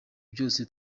byose